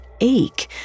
ache